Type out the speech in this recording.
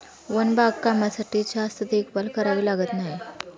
one बागकामासाठी जास्त देखभाल करावी लागत नाही